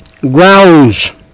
grounds